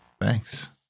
Thanks